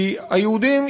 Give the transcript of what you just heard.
כי היהודים,